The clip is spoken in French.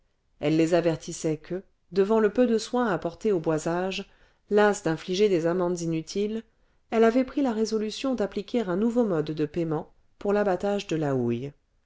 elle les avertissait que devant le peu de soin apporté au boisage lasse d'infliger des amendes inutiles elle avait pris la résolution d'appliquer un nouveau mode de paiement pour l'abattage de la houille